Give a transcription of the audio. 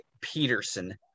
Peterson